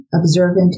observant